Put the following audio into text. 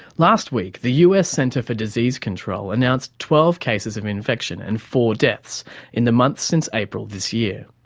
last week the us centre for disease control announced twelve cases of infection and four deaths in the months since april this year.